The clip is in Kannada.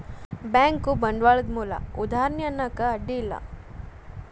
ಬ್ಯಾಂಕು ಬಂಡ್ವಾಳದ್ ಮೂಲ ಉದಾಹಾರಣಿ ಅನ್ನಾಕ ಅಡ್ಡಿ ಇಲ್ಲಾ